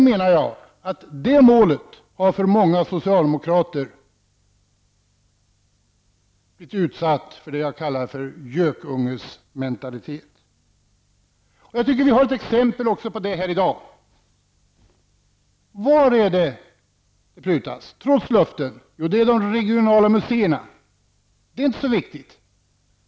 Det målet har för många socialdemokrater blivit utsatt för det som jag kallar gökungementalitet. Jag tycker att vi också i dag har ett exempel på detta. Var är det som det prutas, trots löften? Jo, det är när det gäller de regionala museerna. De är inte så viktiga.